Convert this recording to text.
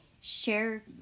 share